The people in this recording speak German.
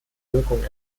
wirkung